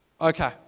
Okay